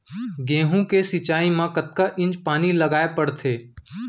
गेहूँ के सिंचाई मा कतना इंच पानी लगाए पड़थे?